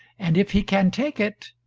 and if he can take it,